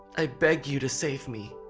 i beg you to save me.